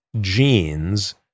genes